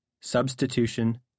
Substitution